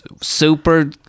Super